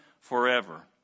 forever